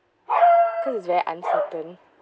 cause it's very uncertain